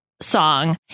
song